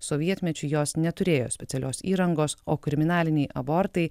sovietmečiu jos neturėjo specialios įrangos o kriminaliniai abortai